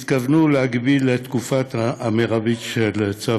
התכוונו להגביל את התקופה המרבית של צו